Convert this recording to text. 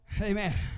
Amen